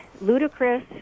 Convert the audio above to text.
ludicrous